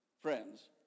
friends